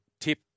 tip